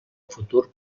futur